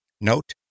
Note